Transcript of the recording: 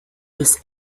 bis